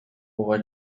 буга